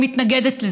אני מתנגדת לזה.